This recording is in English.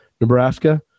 Nebraska